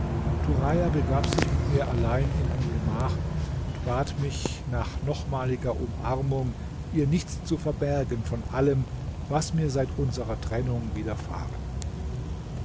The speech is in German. begab sich mit mir allein in ein gemach und bat mich nach nochmaliger umarmung ihr nichts zu verbergen von allem was mir seit unserer trennung widerfahren